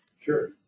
sure